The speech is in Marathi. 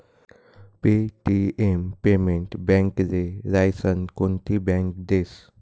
पे.टी.एम पेमेंट बॅकले लायसन कोनती बॅक देस?